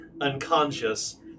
unconscious